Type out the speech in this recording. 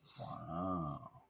Wow